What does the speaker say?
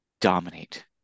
dominate